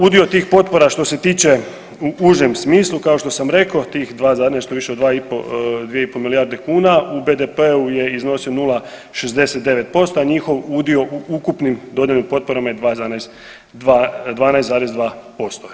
Udio tih potpora što se tiče u užem smislu, kao što sam rekao tih 2 nešto više od 2,5 milijarde kuna u BDP-u je iznosio 0,69%, a njihov udio u ukupnim dodijeljenim potporama je 2,2 12,2%